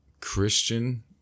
Christian